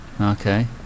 Okay